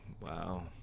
Wow